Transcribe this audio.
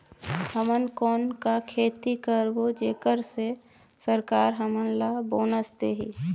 हमन कौन का खेती करबो जेकर से सरकार हमन ला बोनस देही?